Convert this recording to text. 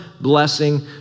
blessing